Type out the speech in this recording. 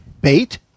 Bait